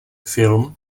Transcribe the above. film